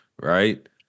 right